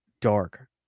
dark